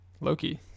loki